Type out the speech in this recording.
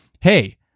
hey